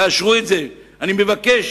תאשרו את זה, אני מבקש,